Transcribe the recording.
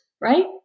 right